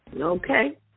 Okay